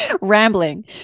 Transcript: rambling